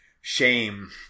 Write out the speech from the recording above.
Shame